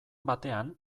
batean